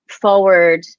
forward